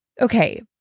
Okay